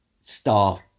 Star